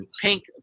pink